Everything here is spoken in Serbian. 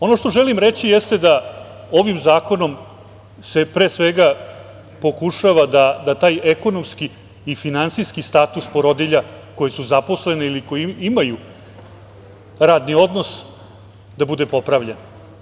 Ono što želim reći jeste da ovim zakonom se pre svega pokušava da taj ekonomski i finansijski status porodilja koje su zaposlene ili koje imaju radni odnos, bude popravljen.